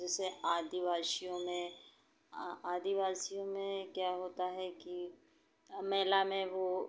जिसे आदिवासियों में आदिवासियों में क्या होता है कि मेला में वो